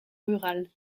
rural